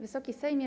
Wysoki Sejmie!